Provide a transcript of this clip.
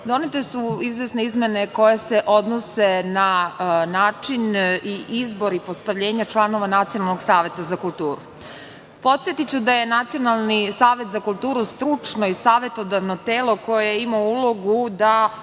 donete su izvesne izmene koje se odnose na način i izbor i postavljanja članova Nacionalnog saveta za kulturu. Podsetiću da je Nacionalni savet za kulturu stručno i savetodavno telo koje ima ulogu da